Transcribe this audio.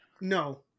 No